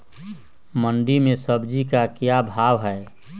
मंडी में सब्जी का क्या भाव हैँ?